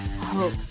hope